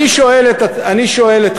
אני שואל אתכם: